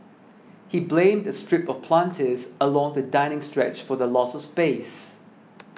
he blamed a strip of planters along the dining stretch for the loss of space